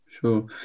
Sure